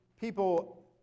people